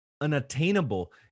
unattainable